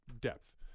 Depth